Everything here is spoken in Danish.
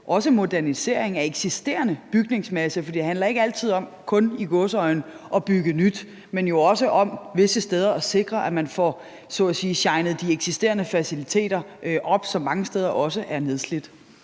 til modernisering af eksisterende bygningsmasse. For det handler ikke altid om kun – i gåseøjne – at bygge nyt, men jo også om visse steder at sikre, at man får så at sige shinet de eksisterende faciliteter, som mange steder også er nedslidte,